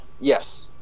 Yes